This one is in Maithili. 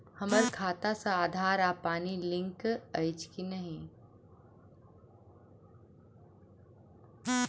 हम्मर खाता सऽ आधार आ पानि लिंक अछि की नहि?